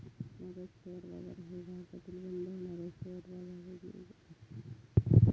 Magadh share बाजार ह्यो भारतातील बंद होणाऱ्या शेअर बाजारपैकी एक आसा